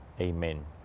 amen